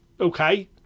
okay